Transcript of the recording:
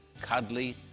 cuddly